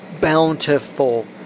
bountiful